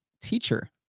teacher